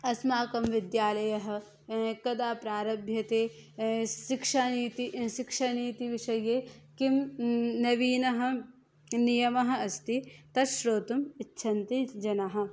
अस्माकं विद्यालयः कदा प्रारभ्यते शिक्षानीति शिक्षानीतिविषये किं नवीनः नियमः अस्ति तत् श्रोतुम् इच्छन्ति जनाः